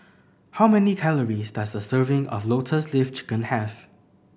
how many calories does a serving of Lotus Leaf Chicken have